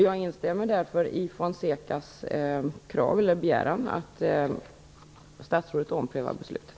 Jag instämmer därför i Fonsecas begäran att statsrådet omprövar beslutet.